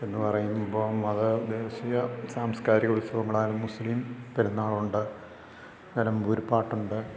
എന്ന് പറയുമ്പം അത് ദേശിയ സാംസ്കാരിക ഉത്സവങ്ങളാകുന്നു മുസ്ലിം പെരുന്നാൾ ഉണ്ട് നിലമ്പൂർ പാട്ട് ഉണ്ട്